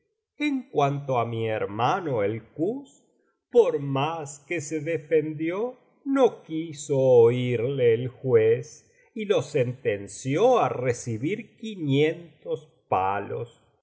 en cuanto á mi hermano el kuz por más que se defendió no quiso oirle el juez y lo sentenció á recibir quinientos palos